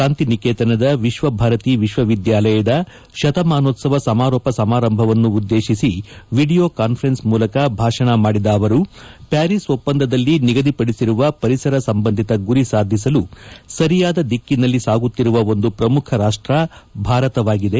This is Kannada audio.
ಶಾಂತಿನಿಕೇತನದ ವಿಕ್ಷ ಭಾರತಿ ವಿಕ್ಷವಿದ್ಯಾಲಯದ ಶತಮಾನೋತ್ವವ ಸಮಾರೋಪ ಸಮಾರಂಭವನ್ನುದ್ದೇತಿಸಿ ವೀಡಿಯೊ ಕಾನ್ಸರೆನ್ ಮೂಲಕ ಭಾಷಣ ಮಾಡಿದ ಅವರು ಪ್ನಾರಿಸ್ ಒಪ್ಪಂದದಲ್ಲಿ ನಿಗದಿಪಡಿಸಿರುವ ಪರಿಸರ ಸಂಬಂಧಿತ ಗುರಿ ಸಾಧಿಸಲು ಸರಿಯಾದ ದಿಕ್ಕಿನಲ್ಲಿ ಸಾಗುತ್ತಿರುವ ಒಂದು ಪ್ರಮುಖ ರಾಷ್ಷ ಭಾರತವಾಗಿದೆ